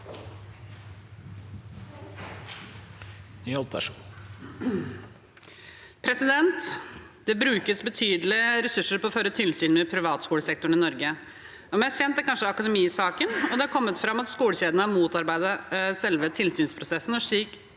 «Det brukes bety- delige ressurser på å føre tilsyn med privatskolesektoren i Norge. Mest kjent er kanskje Akademiet-saken. Det har kommet fram at skolekjeden har motarbeidet selve tilsynsprosessen og slik